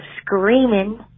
screaming